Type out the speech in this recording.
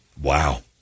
Wow